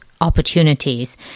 opportunities